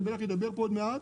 שבטח ידבר פה עוד מעט.